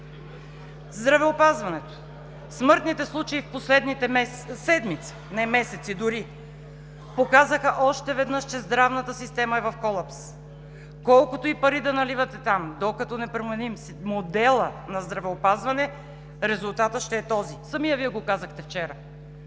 здравеопазването смъртните случаи в последните седмици – не месеци дори, показаха още веднъж, че здравната система е в колапс. Колкото и пари да наливате там, докато не променим модела на здравеопазване, резултатът ще е този. Самият Вие го казахте вчера: